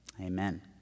Amen